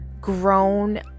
grown